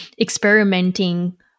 experimenting